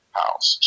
house